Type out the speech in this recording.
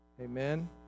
Amen